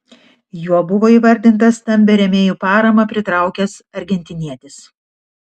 juo buvo įvardintas stambią rėmėjų paramą pritraukęs argentinietis